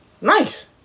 Nice